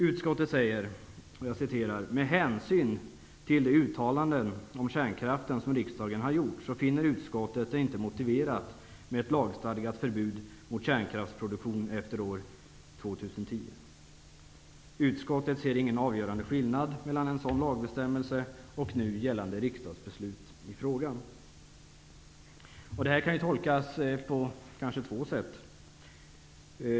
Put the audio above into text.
Utskottet skriver: ''Med hänsyn till de uttalanden om kärnkraften som riksdagen har gjort finner utskottet det inte motiverat med ett lagstadgat förbud mot kärnkraftsproduktion efter år 2010. Utskottet ser ingen avgörande skillnad mellan en sådan lagbestämmelse och nu gällande riksdagsbeslut i frågan.'' Detta kan tolkas på två sätt.